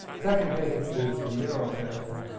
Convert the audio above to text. second biggest is the euro-area,